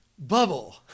Bubble